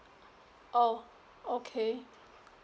oh okay